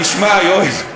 תשמע, יואל,